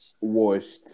washed